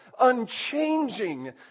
unchanging